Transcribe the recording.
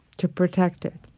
to protect it